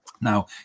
Now